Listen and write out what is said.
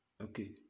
Okay